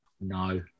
no